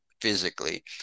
physically